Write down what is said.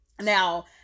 Now